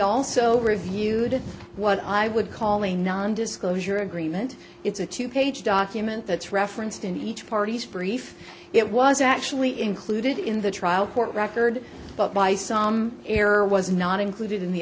also reviewed what i would call a non disclosure agreement it's a two page document that's referenced in each party's brief it was actually included in the trial court record but by some error was not included in the